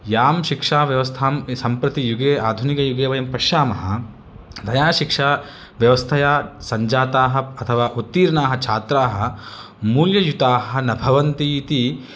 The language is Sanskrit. यां शिक्षाव्यवस्थां सम्प्रति युगे आधुनिकयुगे वयं पश्यामः तया शिक्षाव्यवस्थया सञ्जाताः अथवा उत्तीर्णाः छात्राः मूल्ययुताः न भवन्तीति